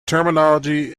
terminology